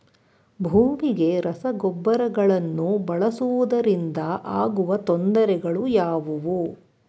ಭೂಮಿಗೆ ರಸಗೊಬ್ಬರಗಳನ್ನು ಬಳಸುವುದರಿಂದ ಆಗುವ ತೊಂದರೆಗಳು ಯಾವುವು?